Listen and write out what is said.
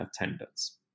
attendance